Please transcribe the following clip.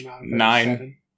nine